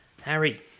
Harry